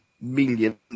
million